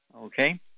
okay